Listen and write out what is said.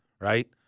Right